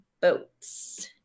boats